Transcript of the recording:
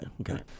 Okay